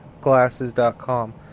glasses.com